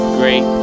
great